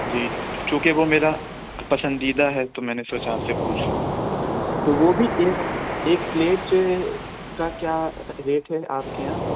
جی چونکہ وہ میرا پسندیدہ ہے تو میں نے سوچا آپ سے پوچھ لوں تو وہ بھی ایک ایک پلیٹ کا کیا ریٹ ہے آپ کے یہاں